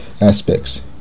aspects